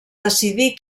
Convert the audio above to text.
decidir